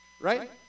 Right